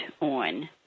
on